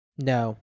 No